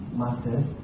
masters